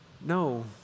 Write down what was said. no